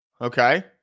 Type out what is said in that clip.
okay